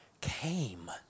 Came